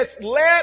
let